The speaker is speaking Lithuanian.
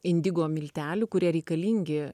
indigo miltelių kurie reikalingi